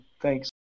Thanks